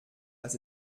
was